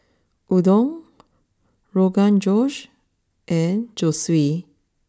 Udon Rogan Josh and Zosui